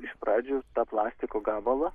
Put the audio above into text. iš pradžių tą plastiko gabalą